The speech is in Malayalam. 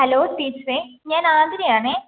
ഹലോ ടീച്ചറെ ഞാൻ ആതിരയാണെ